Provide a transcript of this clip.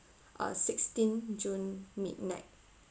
uh sixteen june midnight